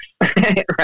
right